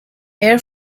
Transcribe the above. air